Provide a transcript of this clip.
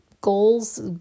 Goals